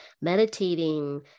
meditating